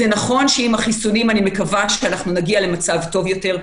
עם החיסונים אני מקווה שנגיע למצב טוב יותר.